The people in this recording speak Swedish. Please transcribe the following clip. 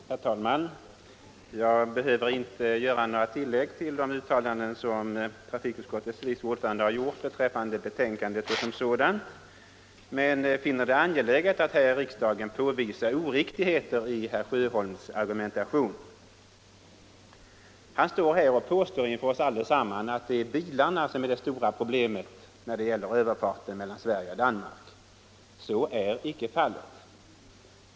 Herr talman! Jag behöver inte göra några tillägg till de uttalanden som trafikutskottets vice ordförande gjort beträffande betänkandet såsom sådant men finner det angeläget att här i riksdagen påvisa oriktigheter i herr Sjöholms argumentation. Herr Sjöholm står här och påstår inför oss allesamman att det är bilarna som är det stora problemet när det gäller överfarten mellan Sverige och Danmark. Så är inte fallet.